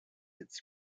its